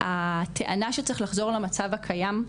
הטענה שצריך לחזור על המצב הקיים,